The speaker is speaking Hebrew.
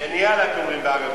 אומרים בערבית.